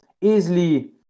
easily